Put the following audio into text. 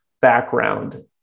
background